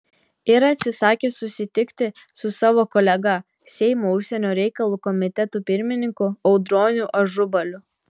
ir atsisakė susitikti su savo kolega seimo užsienio reikalų komiteto pirmininku audroniu ažubaliu